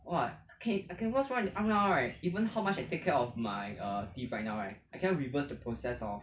!wah! cake I can watch one and are even how much I take care of my err defined now right I can't reverse the process of